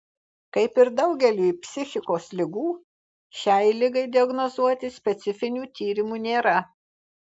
kaip ir daugeliui psichikos ligų šiai ligai diagnozuoti specifinių tyrimų nėra